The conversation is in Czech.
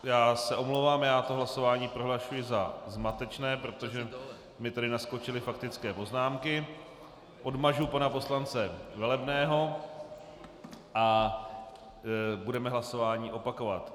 Já se omlouvám, to hlasování prohlašuji za zmatečné, protože mi tady naskočily faktické poznámky, odmažu pana poslance Velebného a budeme hlasování opakovat.